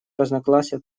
разногласия